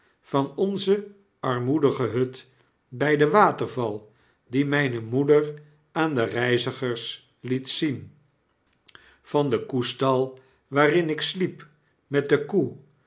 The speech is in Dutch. van onze armoedige hut by den waterval dien myne moeder aan de reizigers liet zien van den koestal waarin ik sliep met de koe